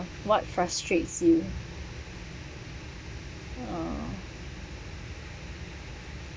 what frustrates you uh